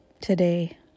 today